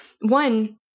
one